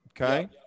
okay